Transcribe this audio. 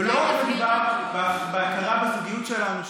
ולא מדובר רק בהכרה בזוגיות שלנו,